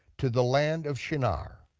to the land of shinar,